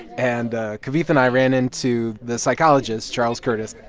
and kavitha and i ran into the psychologist, charles curtis